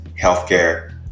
healthcare